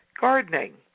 gardening